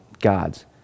God's